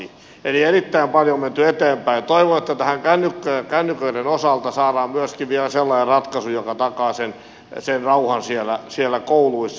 eli erittäin paljon on menty eteenpäin ja toivon että tähän kännyköiden osalta saadaan myöskin vielä sellainen ratkaisu joka takaa sen rauhan siellä kouluissa